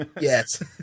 Yes